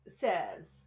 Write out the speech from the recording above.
says